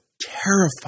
terrified